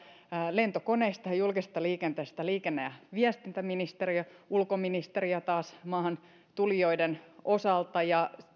lentokoneista ja julkisesta liikenteestä liikenne ja viestintäministeriö ulkoministeriö taas maahantulijoista ja